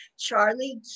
Charlie